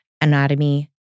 anatomy